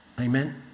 Amen